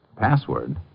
Password